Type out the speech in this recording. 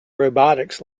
robotics